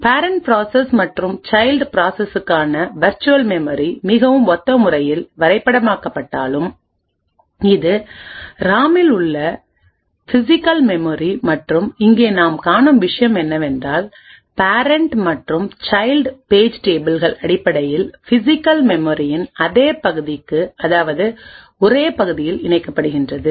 parent process மற்றும் child ப்ராசசுக்கானவெர்ச்சுவல் memory மிகவும் ஒத்த முறையில் வரைபடமாக்கப்பட்டாலும் இது ரேமில் உள்ள பிசிகல் மெமரி மற்றும் இங்கே நாம் காணும் விஷயம் என்னவென்றால் பேரண்ட் மற்றும் சைல்ட் பேஜ் டேபிள்கள் அடிப்படையில் பிசிகல் மெமரியின் அதே பகுதிகளுக்கு அதாவது ஒரே பகுதியில் இணைக்கப்படுகின்றது